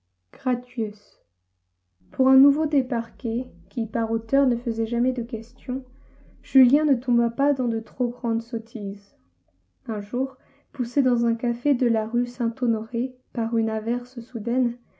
gratius pour un nouveau débarqué qui par hauteur ne faisait jamais de questions julien ne tomba pas dans de trop grandes sottises un jour poussé dans un café de la rue saint-honoré par une averse soudaine